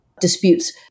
disputes